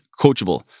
coachable